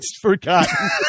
forgotten